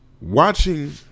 Watching